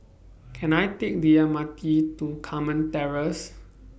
Can I Take The M R T to Carmen Terrace